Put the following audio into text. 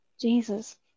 Jesus